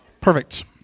Perfect